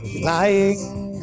flying